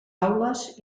aules